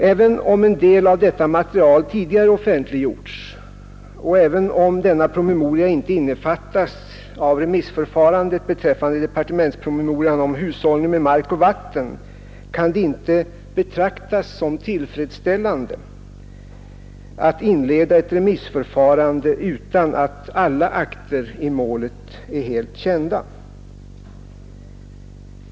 Även om en del av detta material tidigare offentliggjorts och även om denna promemoria inte innefattas i remissförfarandet beträffande departementspromemorian om hushållning med mark och vatten, kan det inte betraktas som tillfredsställande att inleda ett remissförfarande utan att alla akter i målet är helt kända.